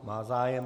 Má zájem.